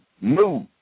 Move